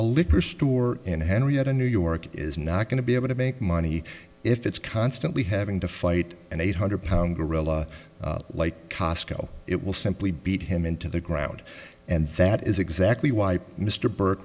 a liquor store in henryetta new york is not going to be able to make money if it's constantly having to fight an eight hundred pound gorilla like cosco it will simply beat him into the ground and that is exactly why mr b